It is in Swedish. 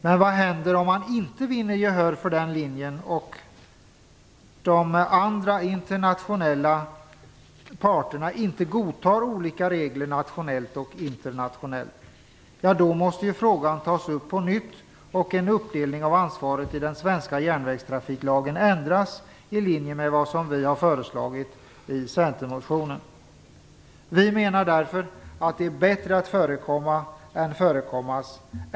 Men vad händer om man inte vinner gehör för den linjen och om de andra internationella parterna inte godtar olika regler nationellt och internationellt? Jo, då måste frågan tas upp på nytt och en uppdelning av ansvaret i den svenska järnvägstrafiklagen ändras i linje med vad vi har föreslagit i centermotionen. Vi menar därför att det är bättre att förekomma än att förekommas.